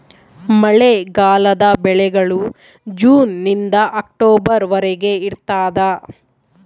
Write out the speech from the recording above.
ಮಳೆಗಾಲದ ಬೆಳೆಗಳು ಜೂನ್ ನಿಂದ ಅಕ್ಟೊಬರ್ ವರೆಗೆ ಇರ್ತಾದ